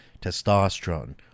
testosterone